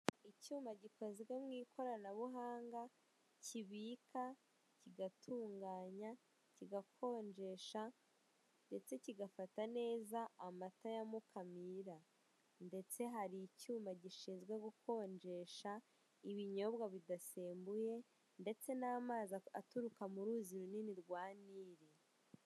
Icyuma gikozwe mu ikoranabuhanga, kibika, kigatunganya, kigakonjesha ndetse kigafata neza amata ya mukamira.